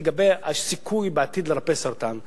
לגבי הסיכוי לרפא סרטן בעתיד.